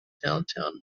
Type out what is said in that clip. downtown